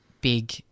big